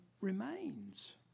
remains